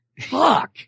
Fuck